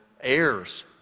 heirs